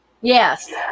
Yes